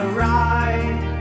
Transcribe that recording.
ride